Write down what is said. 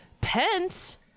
Pence